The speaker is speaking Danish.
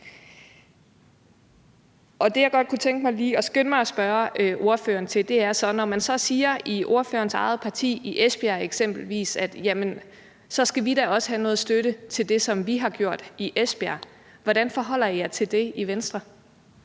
er. Det, jeg godt kunne tænke mig at skynde mig at spørge ordføreren om, er, at når man så siger i ordførerens eget parti i Esbjerg eksempelvis, at så skal man da også have noget støtte til det, som man har gjort i Esbjerg, hvordan forholder I jer til det i Venstre?